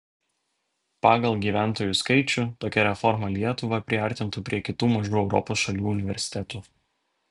pagal gyventojų skaičių tokia reforma lietuvą priartintų prie kitų mažų europos šalių universitetų